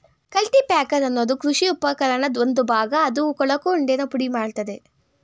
cultipacker ಅನ್ನೋದು ಕೃಷಿ ಉಪಕರಣದ್ ಒಂದು ಭಾಗ ಅದು ಕೊಳಕು ಉಂಡೆನ ಪುಡಿಮಾಡ್ತದೆ